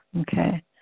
Okay